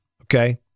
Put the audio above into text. okay